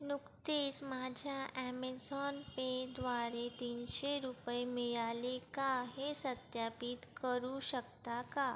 नुकतीच माझ्या ॲमेझॉन पेद्वारे तीनशे रुपये मिळाले का हे सत्यापित करू शकता का